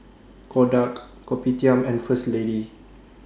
Kodak Kopitiam and First Lady